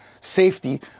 safety